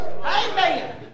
Amen